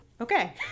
Okay